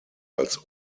als